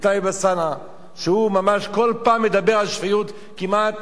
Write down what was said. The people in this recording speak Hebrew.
וטלב אלסאנע, שכל פעם הוא מדבר על שפיות, כמעט